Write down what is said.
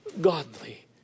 godly